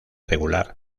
regular